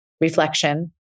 reflection